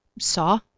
Saw